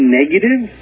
negative